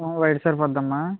white సరిపోతుందామ్మా